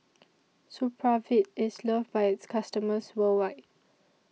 Supravit IS loved By its customers worldwide